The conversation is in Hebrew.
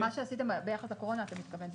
מה שעשיתם ביחס לקורונה, אתה מתכוון.